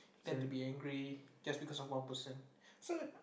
tend to be angry just because of one person so